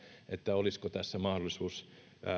olisiko tässä mahdollisuus